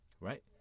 right